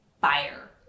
fire